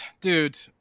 dude